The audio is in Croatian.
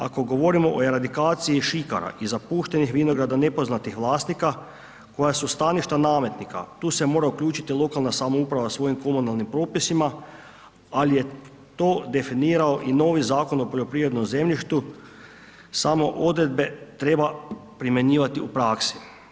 Ako govorimo o eradikaciji šikara i zapuštenih vinograda nepoznatih vlasnika, koja su staništa nametnika, tu se mora uključiti lokalna samouprava svojim komunalnim propisima, ali je to definirao i novi Zakon o poljoprivrednom zemljištu, samo odredbe treba primjenjivati u praksi.